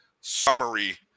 summary